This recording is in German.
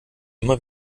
immer